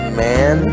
man